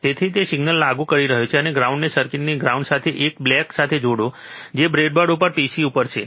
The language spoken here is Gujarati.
તેથી તે સિગ્નલ લાગુ કરી રહ્યો છે અને તમે આ ગ્રાઉન્ડને સર્કિટની ગ્રાઉન્ડ સાથે 1 બ્લેક સાથે જોડો છો જે બ્રેડબોર્ડ પર pc ઉપર છે ઠીક છે